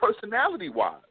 personality-wise